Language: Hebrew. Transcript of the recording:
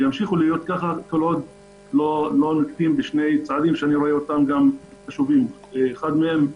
וימשיכו להיות כך כל עוד לא נעשה שני צעדים חשובים אחד מהם,